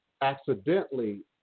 accidentally